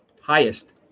Highest